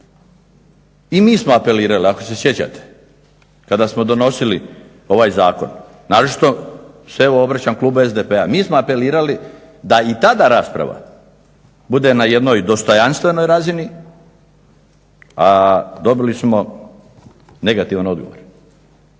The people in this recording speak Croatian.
I mi smo apelirali, ako se sjećate kada ste donosili ovaj zakon. Naročito se obraćam klubu SDP-a. Mi smo apelirali da i tada rasprava bude na jednoj dostojanstvenoj razini, a dobili smo negativan odgovor.